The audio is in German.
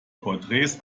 porträts